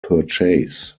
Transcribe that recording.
purchase